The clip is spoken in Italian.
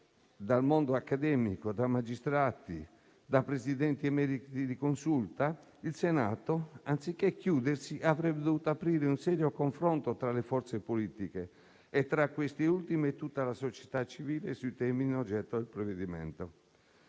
dal mondo accademico, da magistrati, da Presidenti di Consulta, il Senato anziché chiudersi avrebbe dovuto aprire un serio confronto tra le forze politiche e tra queste ultime e tutta la società civile sui temi oggetto del provvedimento.